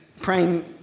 praying